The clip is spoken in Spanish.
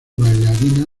bailarina